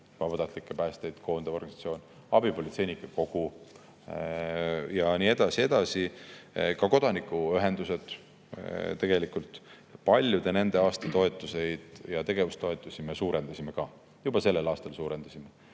vabatahtlikke päästjaid koondav organisatsioon, abipolitseinike kogu ja nii edasi ja nii edasi, ka kodanikuühendused tegelikult – paljude nende aastatoetusi ja tegevustoetusi me suurendasime, juba sellel aastal suurendasime.